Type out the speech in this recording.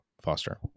foster